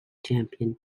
champion